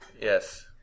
Yes